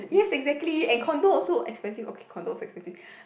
yes exactly and condo also expensive okay condo is expensive